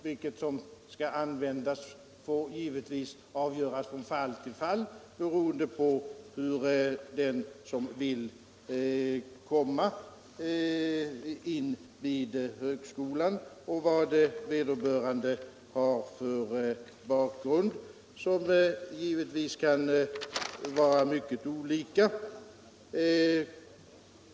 Vilket prov som skall användas får givetvis avgöras från fall till fall, beroende på den som vill komma in vid högskolan och vad vederbörande har för bakgrund. Den kan givetvis vara mycket olika.